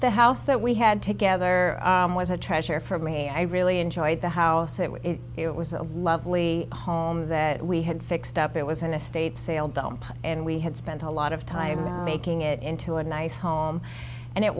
the house that we had together was a treasure for me i really enjoyed the house it was it was a lovely home that we had fixed up it was an estate sale dump and we had spent a lot of time making it into a nice home and it